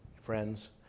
friends